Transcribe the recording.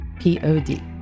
P-O-D